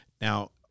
Now